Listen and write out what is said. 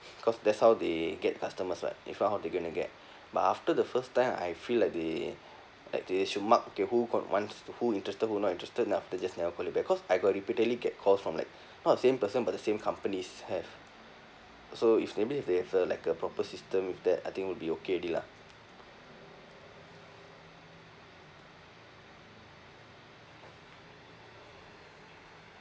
cause that's how they get customers what if I not how they gonna get but after the first time I feel like they like they should mark okay who got wants who interested who not interested then after just never call you back cause I got repeatedly get calls from like not the same person but the same companies have so if maybe if they have uh like a proper system with that I think would be okay already lah